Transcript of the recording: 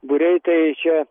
būriai tai čia